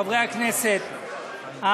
חברי הכנסת,